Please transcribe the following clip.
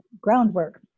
groundwork